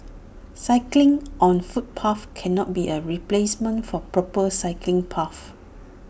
cycling on footpaths cannot be A replacement for proper cycling paths